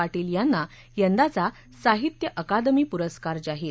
पाटील यांना यंदाचा साहित्य अकादमी प्रस्कार जाहीर